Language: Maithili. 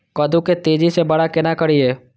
कद्दू के तेजी से बड़ा केना करिए?